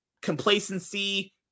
Complacency